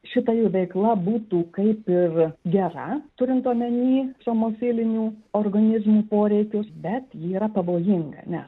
šita jų veikla būtų kaip ir gera turint omeny somifilinių organizmų poreikius bet ji yra pavojinga nes